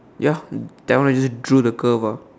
ya that one I just drew the curve ah